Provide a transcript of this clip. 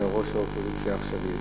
לראש האופוזיציה העכשווי.